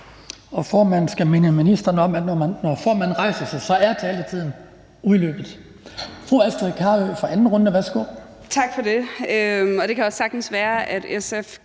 Formanden skal minde ministeren om, at når formanden rejser sig, så er taletiden udløbet.